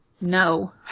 no